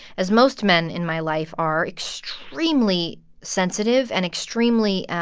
as most men in my life are, extremely sensitive and extremely